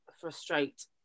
frustrate